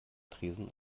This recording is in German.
tresen